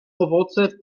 owoce